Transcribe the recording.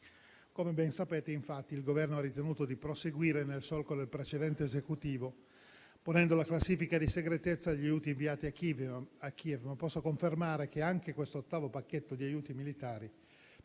Come ben sapete, infatti, il Governo ha ritenuto di dover proseguire nel solco del precedente Esecutivo, ponendo la classifica di segretezza sugli aiuti inviati a Kiev, ma posso confermare che anche questo ottavo pacchetto di aiuti militari